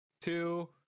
two